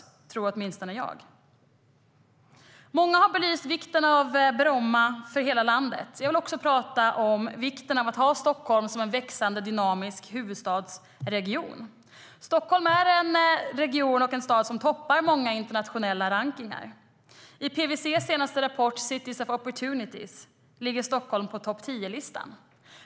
Det tror åtminstone jag.I PWC:s senaste Cities of Opportunity-rapport ligger Stockholm på topptiolistan.